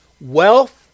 wealth